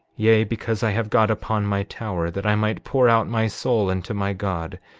yea, because i have got upon my tower that i might pour out my soul unto my god,